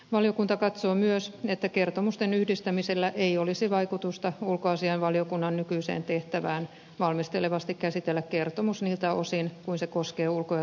valiokunta katsoo myös että kertomusten yhdistämisellä ei olisi vaikutusta ulkoasiainvaliokunnan nykyiseen tehtävään valmistelevasti käsitellä kertomus niiltä osin kuin se koskee ulko ja turvallisuuspolitiikkaa